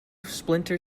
splinter